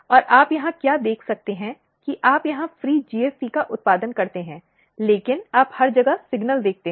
और आप यहां क्या देख सकते हैं कि आप यहां फ्री GFP का उत्पादन करते हैं लेकिन आप हर जगह सिग्नल देखते हैं